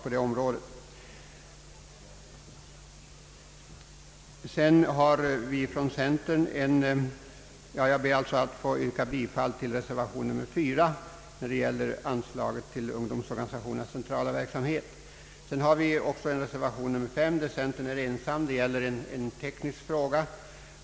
Jag ber med det anförda att få yrka bifall till reservation 4 när det gäller anslaget till ungdomsorganisationernas centrala verksamhet. Det finns också en annan reservation, nr 5, där centern är ensam. Det gäller här en teknisk fråga.